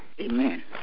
Amen